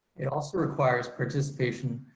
it also requires participation.